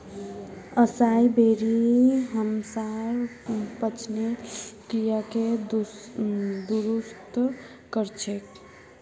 असाई बेरी हमसार पाचनेर क्रियाके दुरुस्त कर छेक